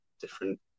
different